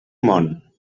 món